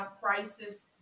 Crisis